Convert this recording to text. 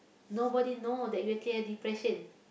nobody know that you actually have depression